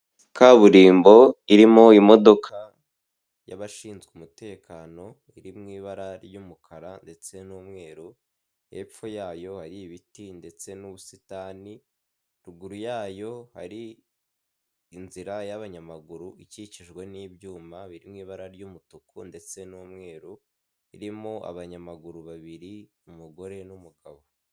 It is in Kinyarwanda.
Kaburimbo irimo imodoka y'abashinzwe umutekano irimw'ibara ry'umukara ndetse n'umweru hepfo yayo ari ibiti ndetse n'ubusitani ruguru yayo hari inzira y'abanyamaguru ikikijwe n'ibyuma biri mwi bara ry'umutuku ndetse n'umweru irimo abanyamaguru babiri umugore n'umugabo.